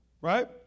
Right